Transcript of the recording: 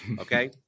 Okay